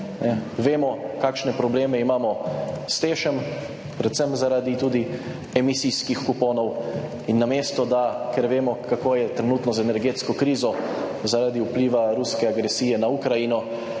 Vemo kakšne probleme imamo s Tešem, predvsem zaradi tudi emisijskih kuponov in namesto, da, ker vemo kako je trenutno z energetsko krizo zaradi vpliva ruske agresije na Ukrajino,